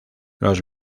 los